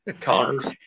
Connors